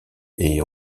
est